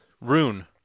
Rune